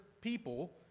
people